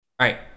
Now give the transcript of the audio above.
right